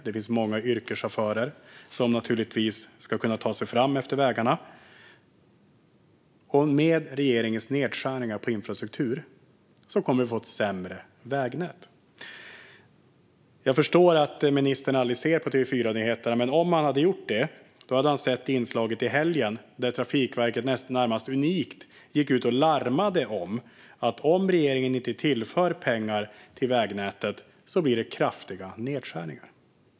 Det finns många yrkeschaufförer, som naturligtvis ska kunna ta sig fram längs vägarna. Med regeringens nedskärningar på infrastruktur kommer vi att få ett sämre vägnät. Jag förstår att ministern aldrig ser på TV4-nyheterna , men om han gjort det hade han sett inslaget i helgen där Trafikverket närmast unikt gick ut och larmade om att om regeringen inte tillför pengar till vägnätet blir det kraftiga nedskärningar.